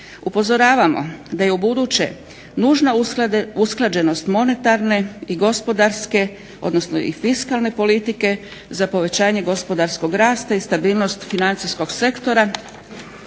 Upozoravamo da je ubuduće nužna usklađenost monetarne i gospodarske, odnosno i fiskalne politike za povećanje gospodarskog rasta i stabilnost financijskog sektora.